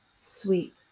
sweep